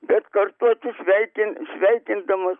bet kartu atsisveikin sventindamas